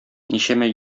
ничәмә